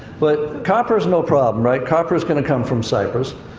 but copper is no problem, right, copper is going to come from cyprus.